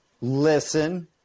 listen